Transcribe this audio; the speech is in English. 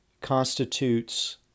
constitutes